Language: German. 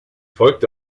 folgte